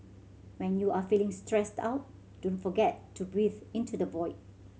when you are feeling stressed out don't forget to breathe into the void